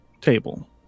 table